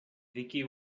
vicky